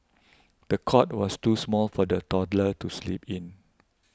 the cot was too small for the toddler to sleep in